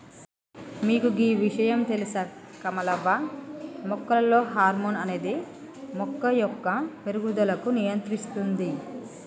మీకు గీ ఇషయాం తెలుస కమలవ్వ మొక్కలలో హార్మోన్ అనేది మొక్క యొక్క పేరుగుదలకు నియంత్రిస్తుంది